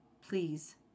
Please